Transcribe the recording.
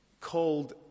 called